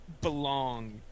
belong